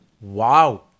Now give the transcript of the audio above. Wow